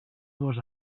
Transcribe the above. dos